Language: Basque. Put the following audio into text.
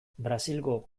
brasilgo